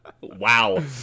wow